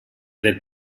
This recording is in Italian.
del